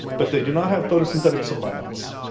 but they do not have photosynthetic symbionts,